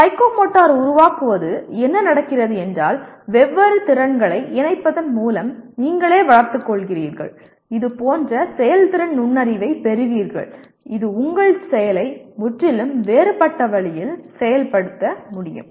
psychomotor உருவாக்குவது என்ன நடக்கிறது என்றால் வெவ்வேறு திறன்களை இணைப்பதன் மூலம் நீங்களே வளர்த்துக் கொள்கிறீர்கள் இதுபோன்ற செயல்திறன் நுண்ணறிவைப் பெறுவீர்கள் இது உங்கள் செயலை முற்றிலும் வேறுபட்ட வழியில் செயல்படுத்த முடியும்